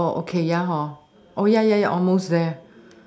oh okay ya hor oh ya ya ya almost there